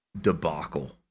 debacle